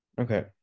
Okay